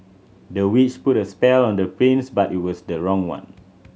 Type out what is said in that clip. the witch put a spell on the prince but it was the wrong one